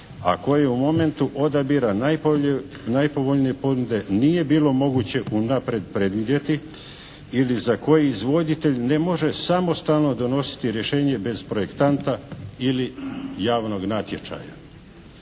a koje u momentu odabira najbolje, najpovoljnije ponude nije bilo moguće unaprijed predvidjeti ili za koji izvoditelj ne može samostalno donositi rješenje bez projektanta ili javnog natječaja.